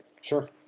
Sure